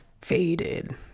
faded